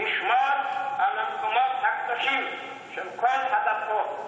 תשמור על המקומות הקדושים של כל הדתות".